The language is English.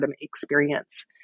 experience